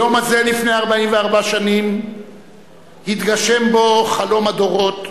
היום הזה לפני 44 שנים התגשם בו חלום הדורות,